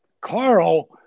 Carl